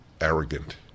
arrogant